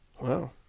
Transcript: Wow